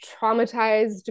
traumatized